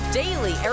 daily